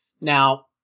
Now